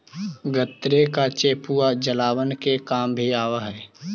गन्ने का चेपुआ जलावन के काम भी आवा हई